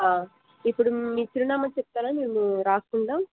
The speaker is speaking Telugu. ఇప్పుడు మీ చిరునామా చెప్తారా మేము రాసుకుంటాం